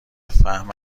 فهم